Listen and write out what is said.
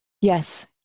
Yes